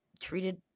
treated